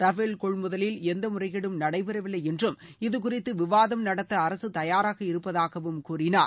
Rafale கொள்முதகில் எந்த முறைகேடும் நடைபெறவில்லை என்றும் இது குறித்து விவாதம் நடத்த அரசு தயாராக இருப்பதாகவும் கூறினார்